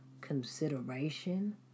consideration